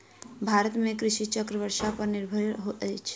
भारत में कृषि चक्र वर्षा पर निर्भर अछि